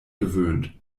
gewöhnt